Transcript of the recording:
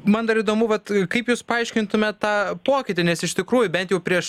man dar įdomu vat kaip jūs paaiškintumėt tą pokytį nes iš tikrųjų bet jau prieš